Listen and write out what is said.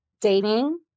Dating